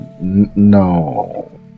No